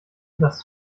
das